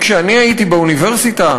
אם כשאני הייתי באוניברסיטה,